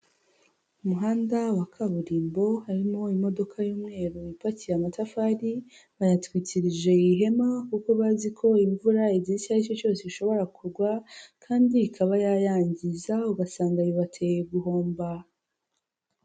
Umuhanda wa kaburimbo harimo imodoka y'umweru ipakiye amatafari, bayatwikirije ihema kuko bazi ko imvura igihe icyo aricyo cyose ishobora kugwa kandi ikaba yayangiza, ugasanga bibateye guhomba.